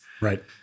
Right